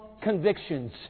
convictions